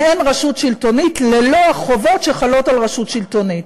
מעין רשות שלטונית ללא החובות שחלות על רשות שלטונית.